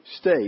state